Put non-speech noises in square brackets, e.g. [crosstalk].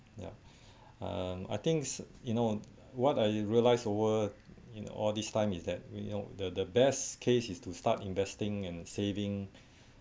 ya [breath] um I think s~ you know what I realised a over you know all this time is that when you know the the best case is to start investing and saving